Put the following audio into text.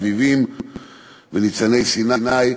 אביבים וניצני-סיני,